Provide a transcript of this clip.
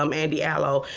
um andy allo,